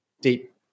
deep